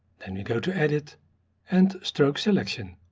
then we go to edit and stroke selection.